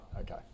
okay